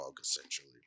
essentially